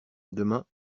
demain